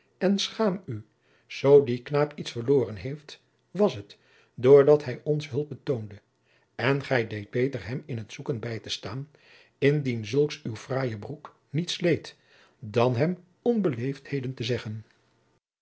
en schaam u zoo die knaap iets verloren heeft was het doordat hij ons hulp betoonde en gij deedt beter jacob van lennep de pleegzoon hem in t zoeken bij te staan indien zulks uw fraaien broek niet sleet dan hem onbeleefdheden te zeggen